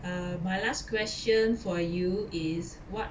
err my last question for you is what